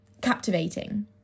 captivating